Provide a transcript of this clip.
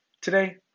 Today